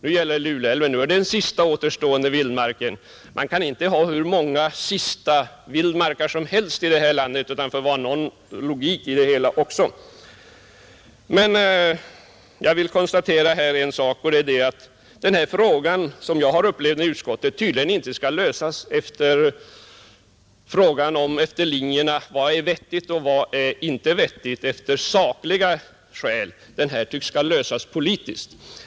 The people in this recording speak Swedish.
Nu gäller det Luleälven och nu är det den sista återstående vildmarken. Man kan inte ha hur många ”sista vildmarker” som helst i detta land — det får vara någon logik i det hela. Jag vill konstatera att som jag har upplevt det i utskottet skall denna fråga tydligen inte lösas på grundval av sakliga skäl, vad som är vettigt och vad som inte är vettigt, utan politiskt.